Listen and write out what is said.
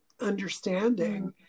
understanding